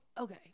Okay